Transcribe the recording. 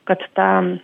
kad ta